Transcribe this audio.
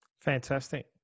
Fantastic